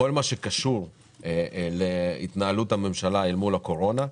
בכל הקשור להתנהלות הממשלה אל מול הקורונה,